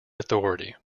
authority